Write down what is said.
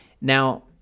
now